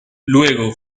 luego